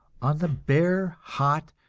on the bare, hot,